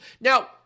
Now